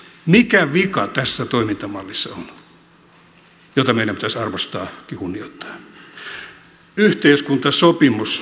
mikä vika on tässä toimintamallissa jota meidän pitäisi arvostaa ja kunnioittaa